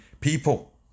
people